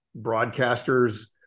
broadcasters